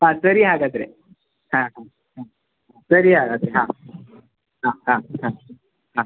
ಹಾಂ ಸರಿ ಹಾಗಾದರೆ ಹಾಂ ಹಾಂ ಹಾಂ ಸರಿ ಹಾಗಾದರೆ ಹಾಂ ಹಾಂ ಹಾಂ ಹಾಂ ಹಾಂ